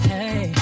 Hey